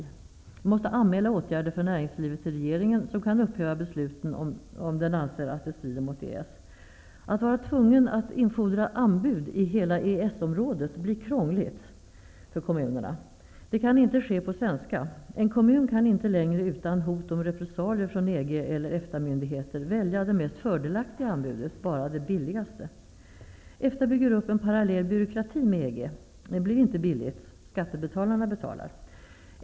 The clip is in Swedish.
De måste anmäla åtgärder för näringslivet till regeringen, som kan upphäva besluten, om den anser att de strider mot EES. Att vara tvungen att infordra anbud i hela EES området blir krångligt för kommunerna. Det kan inte ske på svenska. En kommun kan inte längre, utan hot om repressalier från EG eller EFTA myndigheter, välja det mest fördelaktiga anbudet, bara det billigaste. EFTA bygger upp en parallell byråkrati med EG. Det blir inte billigt. Skattebetalarna betalar.